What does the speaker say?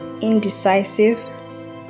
indecisive